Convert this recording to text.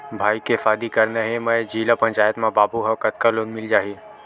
भाई के शादी करना हे मैं जिला पंचायत मा बाबू हाव कतका लोन मिल जाही?